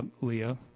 Leah